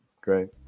Great